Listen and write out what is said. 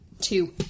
Two